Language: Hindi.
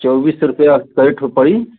चौबीस रुपये कितनी पड़ी